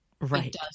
right